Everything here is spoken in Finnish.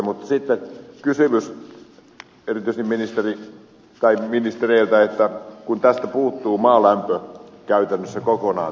mutta sitten kysymys erityisesti ministereille kun tästä mietinnöstä puuttuu maalämpö käytännössä kokonaan